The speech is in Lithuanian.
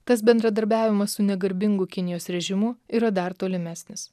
tas bendradarbiavimas su negarbingu kinijos režimu yra dar tolimesnis